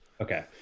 okay